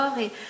et